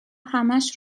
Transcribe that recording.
همش